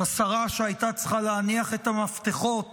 השרה שהייתה צריכה להניח את המפתחות